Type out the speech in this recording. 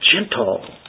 gentle